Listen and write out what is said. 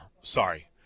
sorry